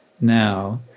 now